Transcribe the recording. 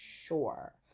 sure